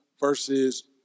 versus